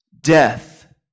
death